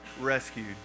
Rescued